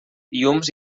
llums